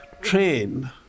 train